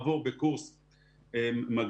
עבור בקורס מג"דים,